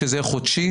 שזה חודשי,